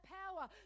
power